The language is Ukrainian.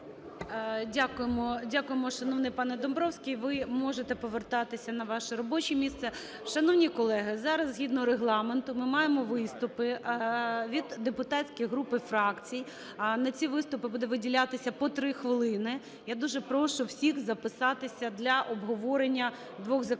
Дякуємо, шановний пане Домбровський. Ви можете повертатися на ваше робоче місце. Шановні колеги, зараз згідно Регламенту ми маємо виступи від депутатських груп і фракцій. На ці виступи буде виділятися по три хвилини. Я дуже прошу всіх записатися для обговорення двох законопроектів: